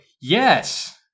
yes